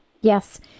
Yes